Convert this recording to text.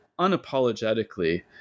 unapologetically